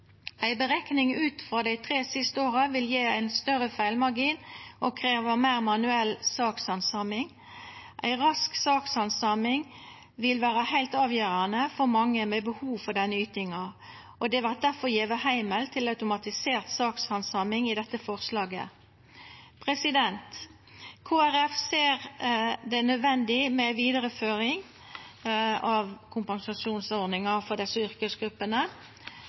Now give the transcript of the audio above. Ei berekning ut frå dei tre siste åra vil gje ein større feilmargin og krevja meir manuell sakshandsaming. Ei rask sakshandsaming vil vera heilt avgjerande for mange med behov for denne ytinga, og det vert difor gjeve heimel til automatisert sakshandsaming i dette forslaget. Kristeleg Folkeparti ser det nødvendig med ei vidareføring av kompensasjonsordninga for desse yrkesgruppene.